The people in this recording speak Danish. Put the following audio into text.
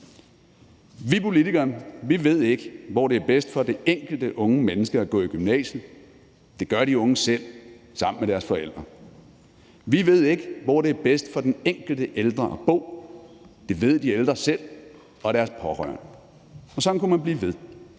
Vi politikere ved ikke, hvor det er bedst for det enkelte unge menneske at gå i gymnasiet. Det gør de unge selv sammen med deres forældre. Vi ved ikke, hvor det er bedst for den enkelte ældre at bo. Det ved de ældre selv og deres pårørende. Og sådan kunne man blive ved,